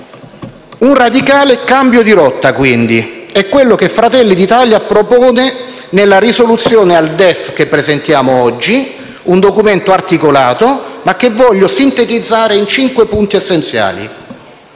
Un radicale cambio di rotta, quindi, è quello che noi di Fratelli d'Italia proponiamo nella proposta di risoluzione al DEF che presentiamo oggi, un documento articolato, che voglio sintetizzare in cinque punti essenziali.